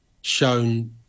shown